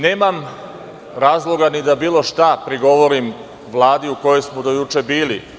Nemam razloga ni da bilo šta prigovorim Vladi u kojoj smo do juče bili.